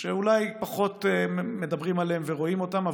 שאולי פחות מדברים עליהם ורואים אותם,